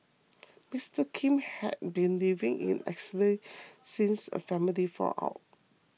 Mister Kim had been living in exile since a family fallout